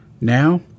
Now